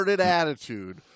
attitude